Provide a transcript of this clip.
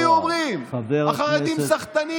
חבר הכנסת.